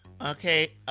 Okay